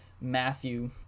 Matthew